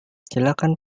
silakan